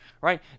right